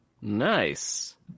Nice